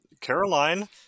Caroline